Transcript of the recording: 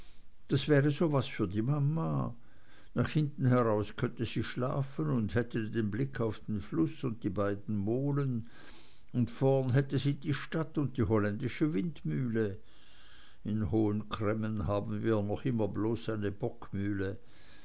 das wäre so was für die mama nach hinten heraus könnte sie schlafen und hätte den blick auf den fluß und die beiden molen und vorn hätte sie die stadt und die holländische windmühle in hohen cremmen haben wir noch immer bloß eine bockmühle